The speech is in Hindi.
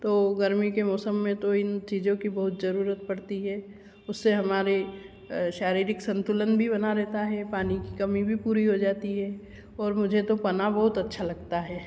तो गर्मी के मौसम में तो इन चीज़ों की बहुत ज़रूरत पड़ती है इस से हमारा शारीरिक संतुलन भी बना रहता है पानी की कमी भी पूरी हो जाती है और मुझे तो पन्ना बहुत अच्छा लगता है